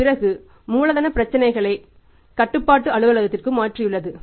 அது பிறகு மூலதன பிரச்சனைகளை கட்டுப்பாட்டு அலுவலகத்திற்கு மாற்றியுள்ளது